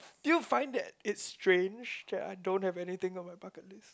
do you find that it's strange that I don't have anything on my bucket list